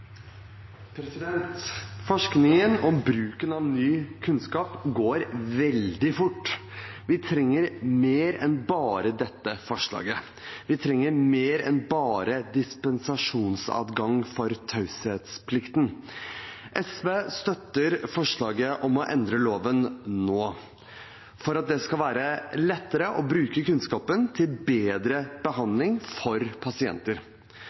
Forskningen og bruken av ny kunnskap går veldig fort. Vi trenger mer enn bare dette forslaget. Vi trenger mer enn bare dispensasjonsadgang fra taushetsplikten. SV støtter forslaget om å endre loven nå, for at det skal være lettere å bruke kunnskapen til bedre behandling for pasienter.